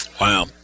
wow